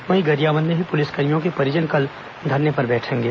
वहीं गरियाबंद में भी पुलिसकर्मियों के परिजन कल धरने पर बैठेंगे